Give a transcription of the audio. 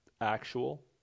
actual